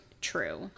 true